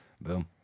Boom